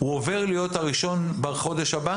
הוא עובר להיות הראשון בחודש הבא?